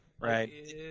right